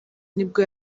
nibwo